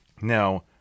Now